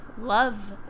love